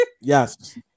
yes